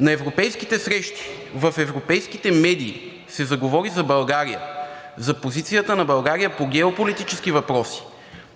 На европейските срещи в европейските медии се заговори за България, за позицията на България по геополитически въпроси.